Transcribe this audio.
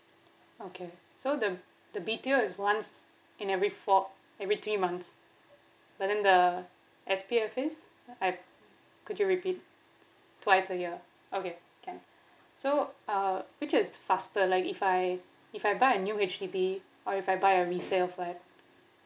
okay so the B_T_O is once in every four every three months but then the S_B_F is I've could you repeat twice a year okay can so uh which is faster like if I if I buy a new H_D_B or if I buy resale flat